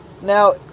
now